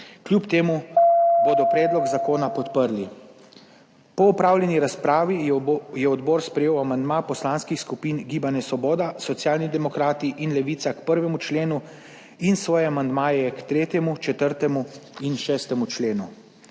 kljub temu bodo predlog zakona podprli. Po opravljeni razpravi je odbor sprejel amandma poslanskih skupin Gibanje Svoboda, Socialni demokrati in Levica k 1. členu in svoje amandmaje k 3., 4. 6. členu.